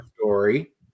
story